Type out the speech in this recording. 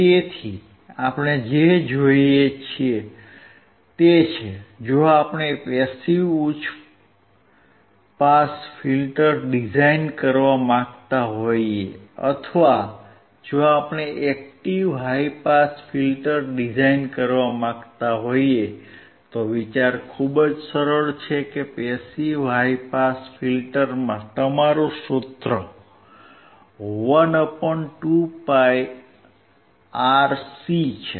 તેથી આપણે જે જોઈએ છીએ તે છે જો આપણે પેસીવ ઉચ્ચ પાસ ફિલ્ટર ડિઝાઇન કરવા માંગતા હોઈએ અથવા જો આપણે active high pass filter design કરવા માંગતા હોઈએ તો વિચાર ખૂબ જ સરળ છે કે પેસીવ હાઇ પાસ ફિલ્ટરમાં તમારું સૂત્ર 12πRC છે